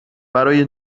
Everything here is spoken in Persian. برای